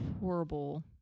horrible